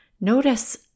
notice